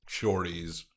shorties